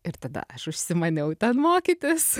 ir tada aš užsimaniau ten mokytis